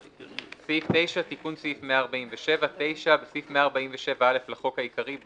"תיקון סעיף 147 9. בסעיף 147(א) לחוק העיקרי,